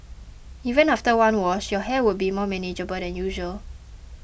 even after one wash your hair would be more manageable than usual